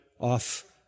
off